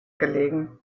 gelegen